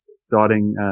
starting